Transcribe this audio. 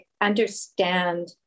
understand